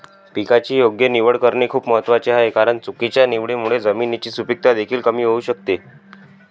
पिकाची योग्य निवड करणे खूप महत्वाचे आहे कारण चुकीच्या निवडीमुळे जमिनीची सुपीकता देखील कमी होऊ शकते